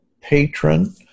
patron